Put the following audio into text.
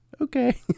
okay